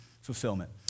fulfillment